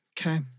Okay